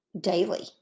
daily